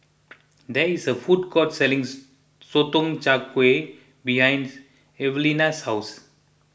there is a food court selling Sotong Char Kway behind Evalena's house